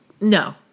No